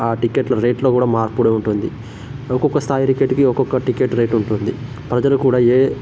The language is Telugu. ఆ టికెట్ల రేట్లు కూడా మార్పులు ఉంటుంది ఒకొక్క స్థాయి టికెట్కి ఒకొక్క టికెట్ రేట్ ఉంటుంది ప్రజలు కూడా ఏ